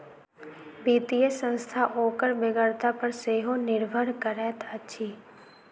वित्तीय संस्था ओकर बेगरता पर सेहो निर्भर करैत अछि